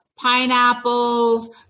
pineapples